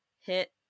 hit